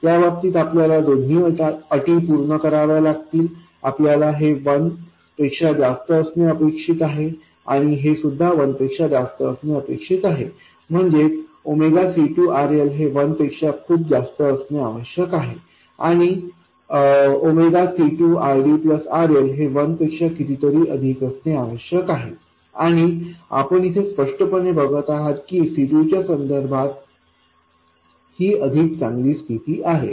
या बाबतीत आपल्याला दोन्ही अटी पूर्ण कराव्या लागतील आपल्याला हे 1 पेक्षा जास्त असणे अपेक्षित आहे आणि हे सुद्धा 1 पेक्षा जास्त असणे अपेक्षित आहे म्हणजेच C2RL हे 1 पेक्षा खूप जास्त असणे आवश्यक आहे आणि C2RDRL हे 1 पेक्षा कितीतरी अधिक असणे आवश्यक आहे आणि आपण इथे स्पष्टपणे बघत आहात की C2 च्या संदर्भात ही अधिक चांगली स्थिती आहे